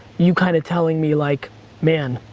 you kind of telling me, like man,